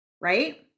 Right